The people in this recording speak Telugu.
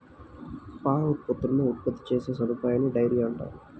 పాల ఉత్పత్తులను ఉత్పత్తి చేసే సదుపాయాన్నిడైరీ అంటారు